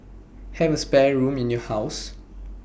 have A spare room in your house